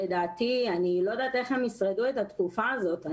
אני לא יודעת איך הם ישרדו את התקופה הזאת.